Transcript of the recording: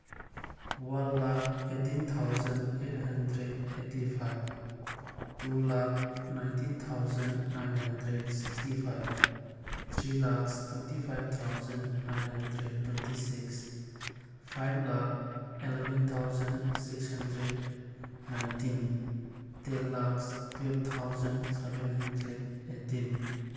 one lakh eighteen thousand eight hundred eighty five two lakh nineteen thousand nine hundred sixty five three lakhs twenty five thousand nine hundred twenty six five lakh eleven thousand six hundred nineteen ten lakhs twelve thousand seven hundred eighteen